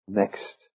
next